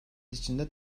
içinde